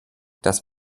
das